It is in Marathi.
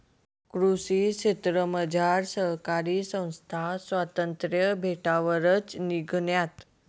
कृषी क्षेत्रमझार सहकारी संस्था स्वातंत्र्य भेटावरच निंघण्यात